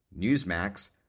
Newsmax